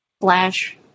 flash